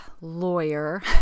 lawyer